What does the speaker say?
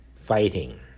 fighting